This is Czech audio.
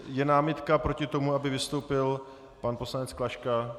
Je námitka proti tomu, aby vystoupil pan poslanec Klaška?